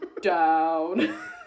Down